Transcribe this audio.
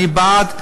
אני בעד,